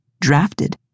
drafted